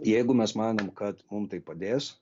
jeigu mes manom kad mum tai padės